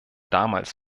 damals